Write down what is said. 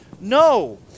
No